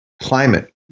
climate